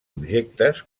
objectes